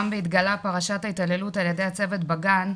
גם והתגלה פרשת התעללות על ידי הצוות בגן,